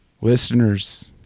Listeners